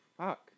fuck